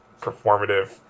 performative